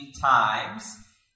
times